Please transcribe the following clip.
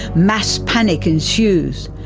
mass panic ensues.